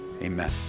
amen